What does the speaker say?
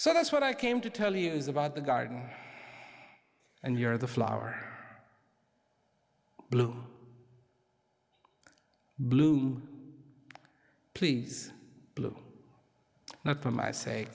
so that's what i came to tell you is about the garden and you're the flower blue blue please blue now from i say